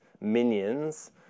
minions